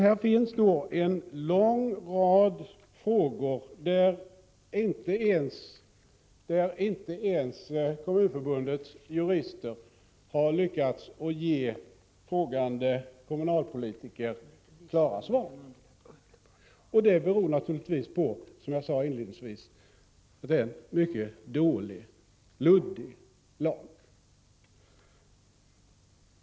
Här finns alltså en lång rad av frågor, där inte ens Kommunförbundets jurister har lyckats ge frågande kommunalpolitiker klara svar, och det beror naturligtvis på att det, som jag sade inledningsvis, gäller en mycket dålig och luddig lag.